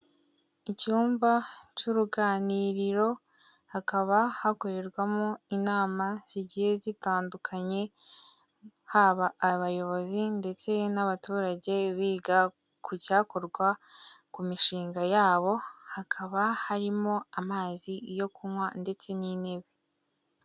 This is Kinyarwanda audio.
Icyumba cy'uruganiriro hakaba hakorerwamo inama zigiye zitandukanye, haba abayobozi ndetse n'abaturage biga ku cyakorwa ku mishinga yabo, hakaba harimo amazi yo kunywa ndetse n'intebe.